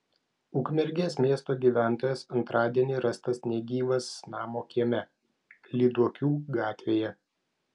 ukmergės miesto gyventojas antradienį rastas negyvas namo kieme lyduokių gatvėje